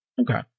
Okay